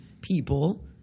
people